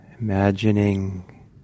imagining